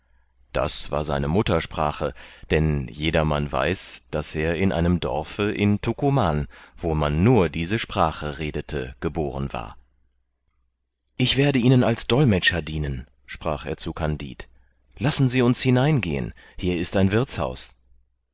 das war seine muttersprache denn jedermann weiß daß er in einem dorfe in tukuman wo man nur diese sprache redete geboren war ich werde ihnen als dolmetscher dienen sprach er zu kandid lassen sie uns hineingehen hier ist ein wirthshaus